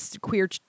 queer